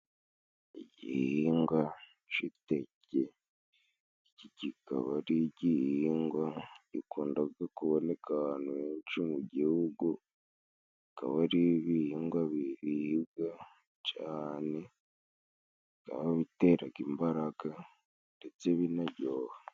Igihingwa c'iteke. Iki kikaba ari igihingwa gikundaga kuboneka ahantu henshi mu gihugu. Akaba ari ibihingwa biribwa cane, bikaba biteraga imbaraga ndetse binaryoha.